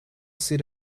sit